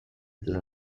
della